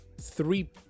three